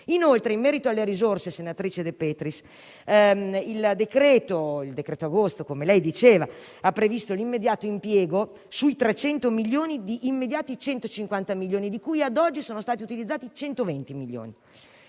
Inoltre, in merito alle risorse, senatrice De Petris, il decreto-legge agosto, come lei diceva, ha previsto l'immediato impiego - sui 300 milioni stanziati - di 150 milioni, di cui ad oggi sono stati utilizzati 120 milioni.